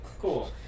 cool